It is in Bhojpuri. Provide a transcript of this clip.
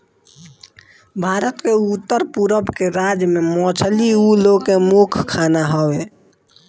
भारत के उत्तर पूरब के राज्य में मछली उ लोग के मुख्य खाना हवे